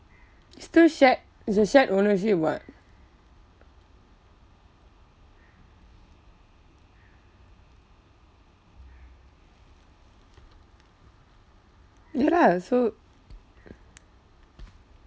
it's still shared it's a shared ownership [what] ya lah so